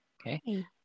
Okay